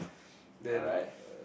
then uh